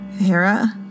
Hera